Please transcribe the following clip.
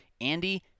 Andy